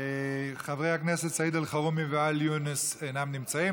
חברי הכנסת סעיד אלחרומי וואאל יונס, אינם נמצאים.